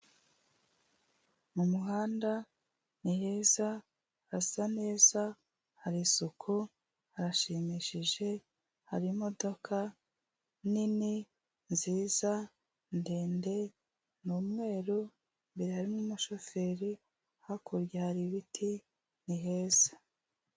Mu muhanda, ni heza, hasa neza, hari isuku, harashimishije, hari imodoka, nini, nziza, ndende, ni umweru, imbere harimo n'umushoferi, hakurya hari ibiti, ni heza.